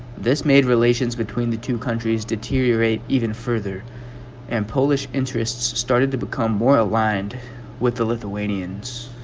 this made relations between the two countries deteriorate even further and polish interests started to become more aligned with the lithuanians